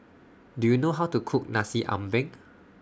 Do YOU know How to Cook Nasi Ambeng